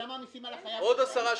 סתם מעמיסים על החייב --- עוד 10 שקלים.